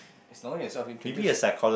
is no need yourself introduce